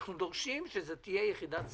אנחנו דורשים שזאת תהיה יחידת סמך.